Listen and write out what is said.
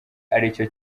aricyo